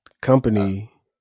company